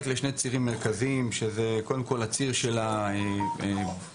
לשני צירים מרכזיים הציר של הבט"פ